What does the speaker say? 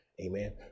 Amen